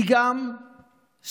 היא גם ספורטאית,